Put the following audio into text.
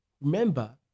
Remember